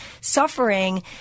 suffering